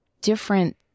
different